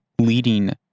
leading